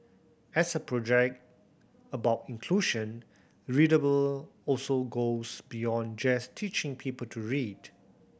as a project about inclusion readable also goes beyond just teaching people to read